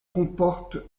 comporte